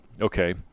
okay